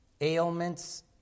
ailments